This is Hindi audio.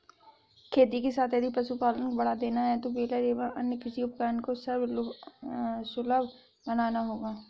खेती के साथ यदि पशुपालन को बढ़ावा देना है तो बेलर एवं अन्य कृषि उपकरण को सर्वसुलभ बनाना होगा